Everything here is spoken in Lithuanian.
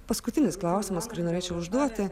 paskutinis klausimas kurį norėčiau užduoti